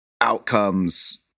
outcomes